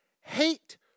hate